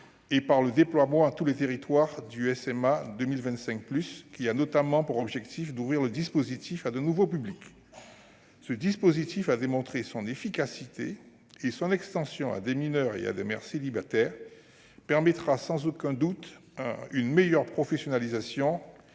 et par le déploiement dans tous les territoires du SMA 2025+, qui a notamment pour objectif d'ouvrir le service militaire adapté à de nouveaux publics. Ce dispositif a démontré son efficacité, et son extension à des mineurs et à des mères célibataires permettra, sans aucun doute, une meilleure professionnalisation